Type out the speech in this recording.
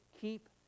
Keep